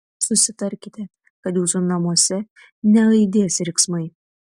susitarkite kad jūsų namuose neaidės riksmai